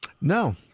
No